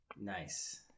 nice